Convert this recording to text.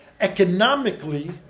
economically